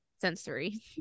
sensory